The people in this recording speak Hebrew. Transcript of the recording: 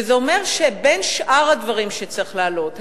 וזה אומר שבין שאר הדברים שצריך להעלות,